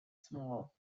small